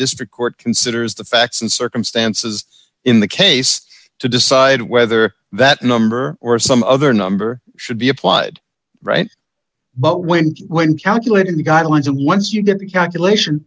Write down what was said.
district court considers the facts and circumstances in the case to decide whether that number or some other number should be applied right but when and when calculating the guidelines and once you get the calculation